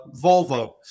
Volvo